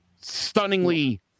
stunningly